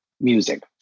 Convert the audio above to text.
music